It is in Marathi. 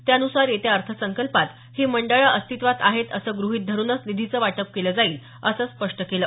त्यानुसार येत्या अथंसंकल्पात ही मंडळं अस्तित्वात आहेत असे गृहीत धरुनचं निधीचं वाटप केलं जाईल असं स्पष्ट केलं